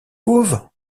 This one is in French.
fauves